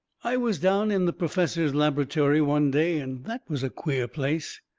i was down in the perfessor's labertory one day, and that was a queer place.